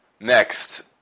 Next